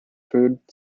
food